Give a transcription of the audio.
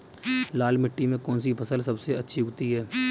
लाल मिट्टी में कौन सी फसल सबसे अच्छी उगती है?